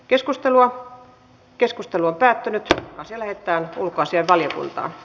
keskustelua keskustelu on päättynyt ja lähettänyt ulkoasianvaliokunta e